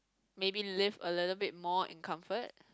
maybe live a little bit more in comfort